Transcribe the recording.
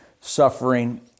suffering